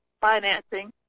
financing